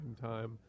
time